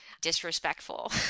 disrespectful